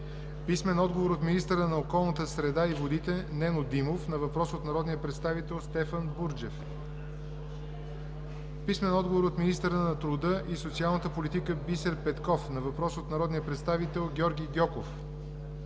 Николай Цонков; - министъра на околната среда и водите Нено Димов на въпрос от народния представител Стефан Бурджев; - министъра на труда и социалната политика Бисер Петков на въпрос от народния представител Георги Гьоков;